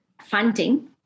funding